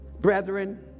brethren